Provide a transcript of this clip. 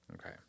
Okay